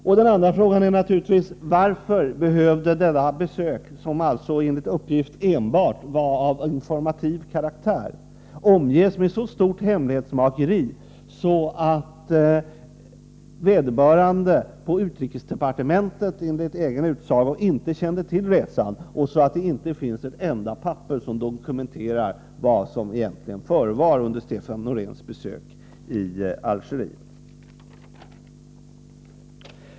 För det andra frågar jag: Varför behövde detta besök, som alltså enligt uppgift enbart var av informativ karaktär, omges med så stort hemlighetsmakeri att man på utrikesdepartementet, enligt egen utsago, inte kände till resan, och att det inte finns ett enda papper som dokumenterar vad som egentligen förevar under Stefan Noreéns besök i Algeriet?